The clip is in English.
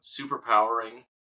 superpowering